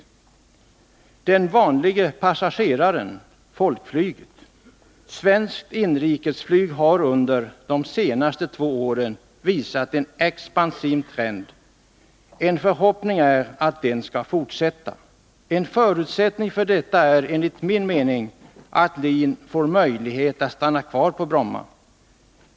Beträffande den vanlige passageraren och folkflyget gäller att svenskt inrikesflyg under de senaste två åren har visat en expansiv trend, och min förhoppning är att den skall fortsätta. En förutsättning för detta är enligt min mening att LIN får möjlighet att stanna kvar på Bromma.